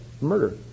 Murder